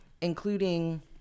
including